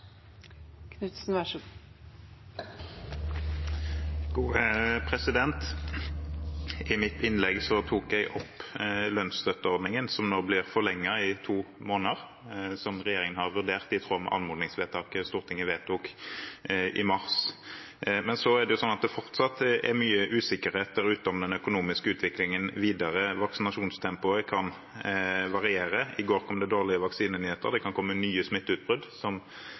I mitt innlegg tok jeg opp lønnsstøtteordningen, som nå blir forlenget i to måneder, som regjeringen har vurdert i tråd med anmodningsvedtaket Stortinget fattet i mars. Men det er fortsatt mye usikkerhet der ute om den økonomiske utviklingen videre. Vaksinasjonstempoet kan variere, i går kom det dårlige vaksinenyheter. Det kan komme nye